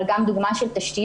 אבל יש גם דוגמה של תשתיות.